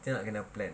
can or can not plan